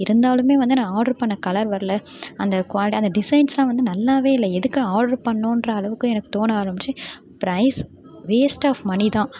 இருந்தாலுமே வந்து நான் ஆர்டர் பண்ண கலர் வர்ல அந்த கோர்டு அந்த டிசைன்ஸெல்லாம் வந்து நல்லாவே இல்லை எதுக்கு ஆர்டர் பண்ணோங்ற அளவுக்கு எனக்கு தோண ஆரமித்து ப்ரைஸ் வேஸ்ட் ஆப் மணி தான்